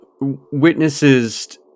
witnesses